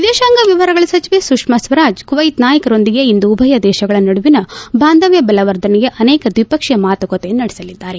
ವಿದೇಶಾಂಗ ವ್ಯವಹಾರಗಳ ಸಚಿವೆ ಸುಷ್ನಾ ಸ್ವರಾಜ್ ಕುವ್ಲೆತ್ ನಾಯಕರೊಂದಿಗೆ ಇಂದು ಉಭಯ ದೇಶಗಳು ನಡುವಿನ ಬಾಂಧವ್ಯ ಬಲವರ್ಧನೆಗೆ ಅನೇಕ ದ್ವಿಪಕ್ಷೀಯ ಮಾತುಕತೆ ನಡೆಲಿದ್ದಾರೆ